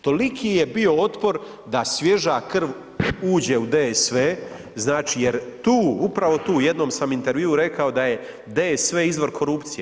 Toliki je bio otpor da svježa krv uđe u DSV, znači jer tu, upravo tu, u jednom sam intervjuu rekao da je DSV izvor korupcije.